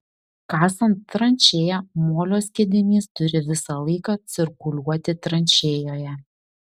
kasant tranšėją molio skiedinys turi visą laiką cirkuliuoti tranšėjoje